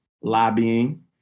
lobbying